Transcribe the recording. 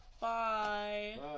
Bye